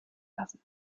lassen